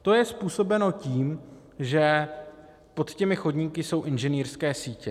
To je způsobeno tím, že pod těmi chodníky jsou inženýrské sítě.